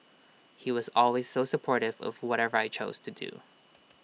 he was always so supportive of whatever I chose to do